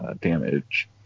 damage